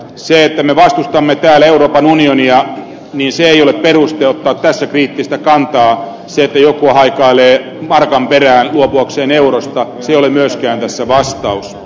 se että me vastustamme täällä euroopan unionia ei ole peruste ottaa tässä kriittistä kantaa ja se että joku haikailee markan perään luopuakseen eurosta ei ole myöskään tässä vastaus